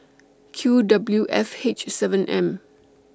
Q W F H seven M